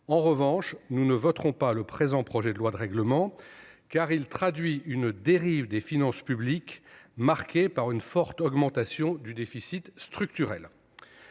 En revanche, nous ne voterons pas le présent projet de loi de règlement, car il traduit une dérive des finances publiques marquée par une forte augmentation du déficit structurel.